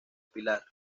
pilar